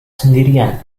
sendirian